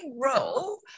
role